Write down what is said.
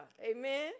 amen